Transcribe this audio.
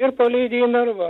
ir palydi į narvą